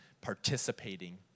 participating